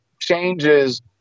Changes